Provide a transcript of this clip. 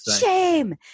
Shame